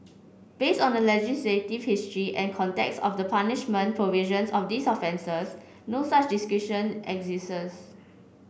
based on the legislative history and context of the punishment provisions of these offences no such discretion exists